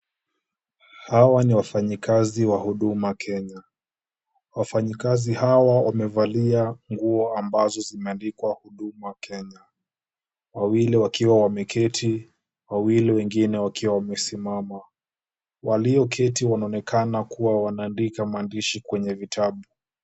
Hawa ni wafanyikazi wa Huduma Kenya. Wafanyikazi hawa wamevalia nguo ambazo zimeandikwa Huduma Kenya. Wawili wakiwa wameketi, wawili wengine wakiwa wamesimama. Walioketi wanaonekana kuwa wanaandika maandishi kwenye vitabu.